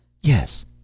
Yes